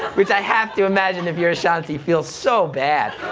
which i have to imagine, if you're ashanti, feels so bad.